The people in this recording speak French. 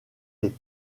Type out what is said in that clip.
les